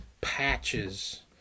patches